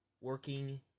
Working